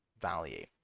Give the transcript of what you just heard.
value